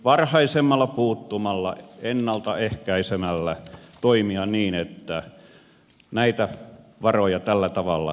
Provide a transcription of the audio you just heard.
varhemmin puuttumalla ennalta ehkäisemällä toimia niin että näitä varoja tällä tavalla ei tarvitse käyttää